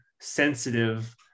sensitive